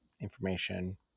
information